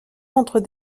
contre